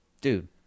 Dude